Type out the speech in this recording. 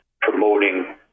promoting